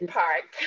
park